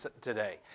today